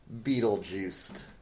Beetlejuiced